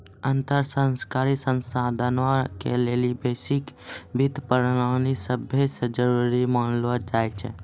अन्तर सरकारी संस्थानो के लेली वैश्विक वित्तीय प्रणाली सभै से जरुरी मानलो जाय छै